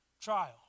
trial